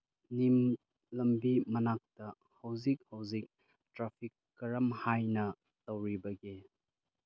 ꯅꯤꯝ ꯂꯝꯕꯤ ꯃꯅꯥꯛꯇ ꯍꯧꯖꯤꯛ ꯍꯧꯖꯤꯛ ꯇ꯭ꯔꯥꯐꯤꯛ ꯀꯔꯝ ꯍꯥꯏꯅ ꯇꯧꯔꯤꯕꯒꯦ